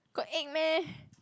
got egg meh